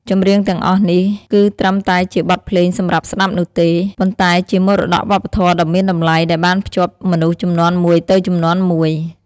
ចម្រៀងទាំងអស់នេះ គឺត្រឹមតែជាបទភ្លេងសម្រាប់ស្តាប់នោះទេ ប៉ុន្តែជាមរតកវប្បធម៌ដ៏មានតម្លៃដែលបានភ្ជាប់មនុស្សជំនាន់មួយទៅជំនាន់មួយ។